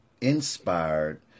inspired